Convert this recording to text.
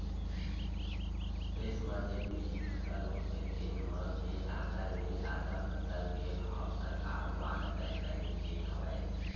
देस म जेन भी फसल होथे तेन म के जादा ले जादा फसल के भाव सरकार दुवारा तय करे गे हवय